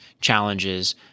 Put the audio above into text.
challenges